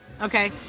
okay